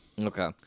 Okay